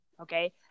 okay